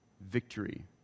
victory